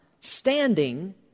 standing